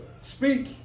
speak